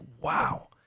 wow